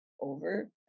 over